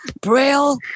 braille